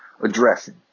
addressing